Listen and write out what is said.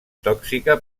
tòxica